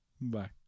Bye